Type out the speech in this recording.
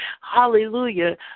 hallelujah